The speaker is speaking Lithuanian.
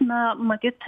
na matyt